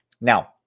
now